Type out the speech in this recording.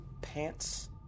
pants